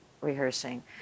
rehearsing